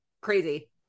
crazy